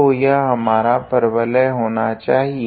तो यह हमारा परवलय होना चाहिए